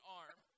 arm